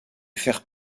fair